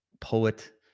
poet